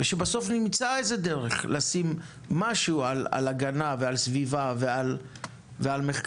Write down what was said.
ושבסוף נמצא איזו דרך לשים משהו על הגנה ועל סביבה ועל מחקר.